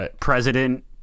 president